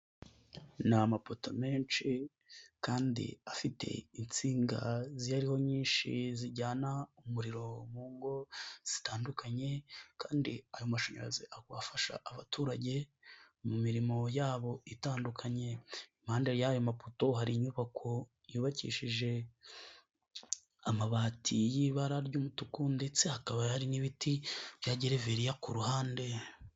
Ni amapoto menshi kandi afite insinga ziyariho nyinshi zijyana umuriro mu ngo zitandukanye, kandi ayo mashanyarazi afasha abaturage mu mirimo yabo itandukanye. Impande y'ayo mapoto hari inyubako yubakishije amabati y'ibara ry'umutuku, ndetse hakaba hari n'ibiti bya gereveriya ku ruhande.